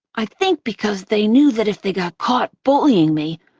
i think, because they knew that if they got caught bullying me,